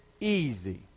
easy